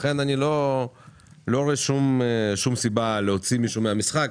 לכן אני לא רואה שום סיבה להוציא מישהו מן המשחק.